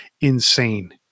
insane